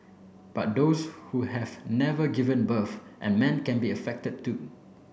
but those who have never given birth and men can be affected too